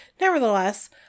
Nevertheless